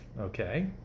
Okay